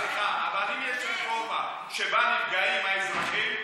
סליחה, אבל אם יש רפורמה שבה נפגעים האזרחים,